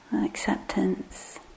acceptance